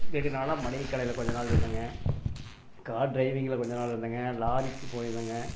வெகுநாளாக மளிகைக்கடையில் கொஞ்சம் நாள் இருந்தேங்க கார் டிரைவிங்கில் கொஞ்சம் நாள் இருந்தேங்க லாரிக்கும் போயிருந்தேங்க